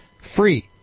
Free